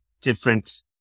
different